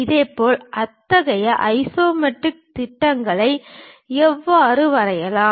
இப்போது அத்தகைய ஐசோமெட்ரிக் திட்டங்களை எவ்வாறு வரையலாம்